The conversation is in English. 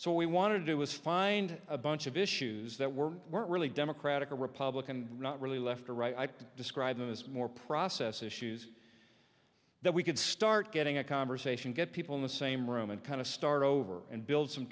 so we want to do is find a bunch of issues that were really democratic or republican not really left or right i describe them as more process issues that we could start getting a conversation get people in the same room and kind of start over and build some